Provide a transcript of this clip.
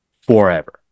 forever